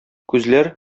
күзләр